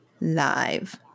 live